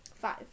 five